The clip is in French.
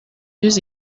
mieux